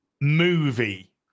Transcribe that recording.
movie